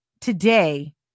today